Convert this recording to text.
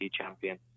champion